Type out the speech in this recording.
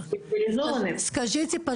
ברוסית).